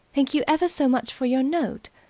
thank you ever so much for your note,